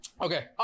Okay